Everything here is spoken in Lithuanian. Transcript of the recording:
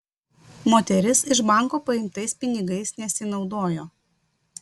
moteris iš banko paimtais pinigais nesinaudojo